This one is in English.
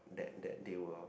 that that they were